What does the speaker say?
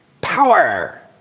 power